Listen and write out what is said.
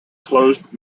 closed